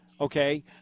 Okay